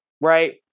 Right